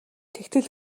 тэгтэл